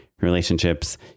relationships